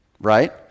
right